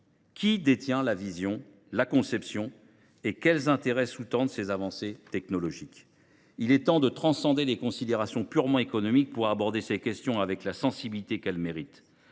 Qui conçoit les termes du débat et quels intérêts sous tendent les avancées technologiques ? Il est temps de transcender les considérations purement économiques pour aborder ces questions avec la sensibilité qu’elles méritent.